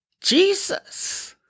Jesus